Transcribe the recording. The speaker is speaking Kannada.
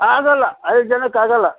ಆಗೋಲ್ಲ ಐದು ಜನಕ್ಕೆ ಆಗೋಲ್ಲ